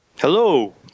Hello